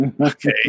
Okay